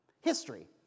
history